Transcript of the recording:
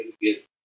get